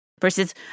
versus